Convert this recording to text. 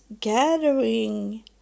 gathering